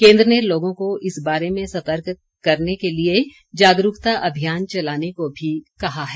केन्द्र ने लोगों को इस बारे में सतर्क करने के लिए जागरूकता अभियान चलाने को भी कहा है